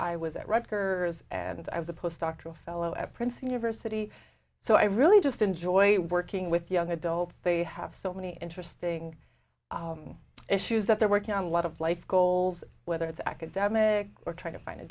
i was at rutgers and i was a post doctoral fellow at princeton university so i really just enjoy working with young adults they have so many interesting issues that they're working on a lot of life goals whether it's academic or trying to find a